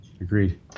Agreed